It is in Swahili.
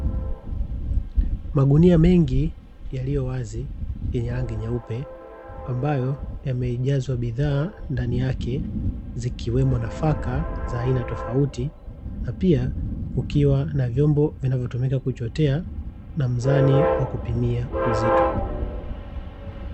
Magunia mengi yaliyo wazi yenye rangi nyeupe, ambayo yamejazwa bidhaa ndani yake, zikiwemo nafaka za aina tofauti, na pia kukiwa na vyombo vinavyotumika kuchotea, na mzani wa kupimia uzito.